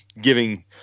giving